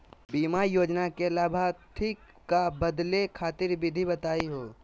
बीमा योजना के लाभार्थी क बदले खातिर विधि बताही हो?